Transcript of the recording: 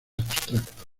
abstracto